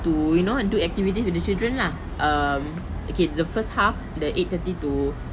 to you know do activities with the children lah um okay the first half the eight thirty to